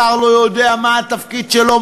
שר לא יודע מה התפקיד שלו,